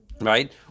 right